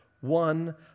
one